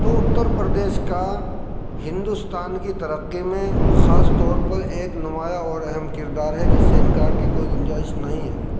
تو اتر پردیش کا ہندوستان کی ترقی میں خاص طور پر ایک نمایاں اور اہم کردار ہے جس سے انکار کی کوئی کنجائش نہیں ہے